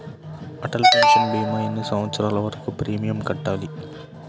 Atal pension భీమా ఎన్ని సంవత్సరాలు వరకు ప్రీమియం కట్టాలి?